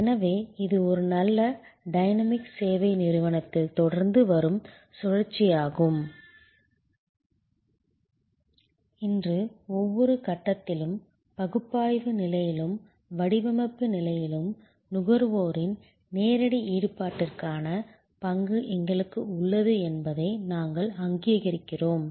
எனவே இது ஒரு நல்ல டைனமிக் சேவை நிறுவனத்தில் தொடர்ந்து வரும் சுழற்சியாகும் இன்று ஒவ்வொரு கட்டத்திலும் பகுப்பாய்வு நிலையிலும் வடிவமைப்பு நிலையிலும் நுகர்வோரின் நேரடி ஈடுபாட்டிற்கான பங்கு எங்களுக்கு உள்ளது என்பதை நாங்கள் அங்கீகரிக்கிறோம்